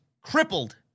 crippled